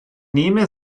nehme